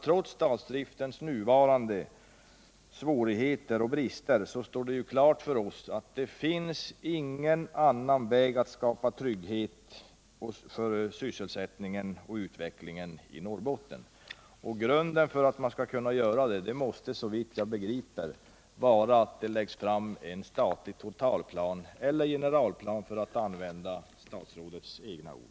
Trots statsdriftens nuvarande svårigheter och brister står det klart för oss att det inte finns någon annan väg att gå för att skapa trygghet för sysselsättningen och utvecklingen i Norrbotten. Grunden för att kunna göra det måste såvitt jag begriper vara att det läggs fram en statlig totalplan — eller generalplan, för att använda statsrådets eget ord.